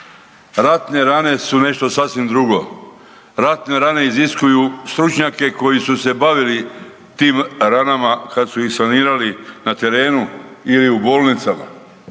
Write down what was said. Ratne rane su nešto sasvim drugo, ratne rane iziskuju stručnjake koji su se bavili tim ranama kad su ih sanirali na terenu ili u bolnicama.